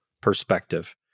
perspective